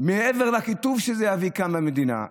מעבר לקיטוב שזה יביא כאן למדינה.